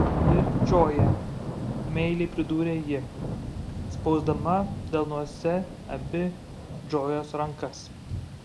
ir džoja meiliai pridūrė ji spausdama delnuose abi džojos rankas